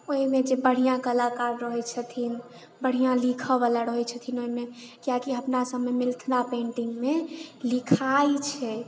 ओहिमे जे बढ़िआँ कलाकार रहैत छथिन बढ़िआँ लिखऽ वाला रहैत छथिन ओहिमे किआकि अपना सबमे मिथिला पेंटिङ्गमे लिखाइत छै